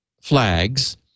flags